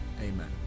Amen